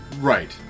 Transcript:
Right